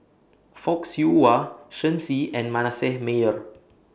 Fock Siew Wah Shen Xi and Manasseh Meyer